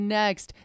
next